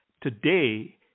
today